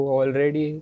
already